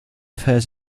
first